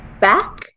Back